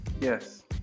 Yes